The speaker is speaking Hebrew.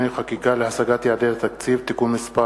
חקיקה להשגת יעדי התקציב) (תיקון מס'